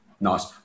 Nice